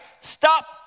stop